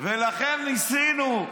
לכן ניסינו,